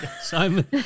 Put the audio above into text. Simon